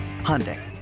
Hyundai